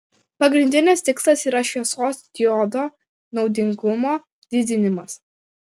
pagrindinis tikslas yra šviesos diodo naudingumo didinimas